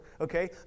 okay